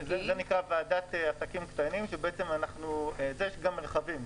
זה נקרא ועדת עסקים קטנים, יש גם מרחבים.